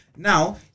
Now